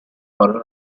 far